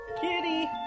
Kitty